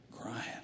crying